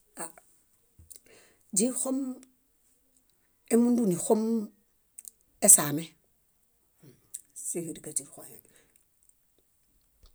Źíxom émundu níxom esaame, síhiirigaźixõhe.